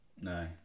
no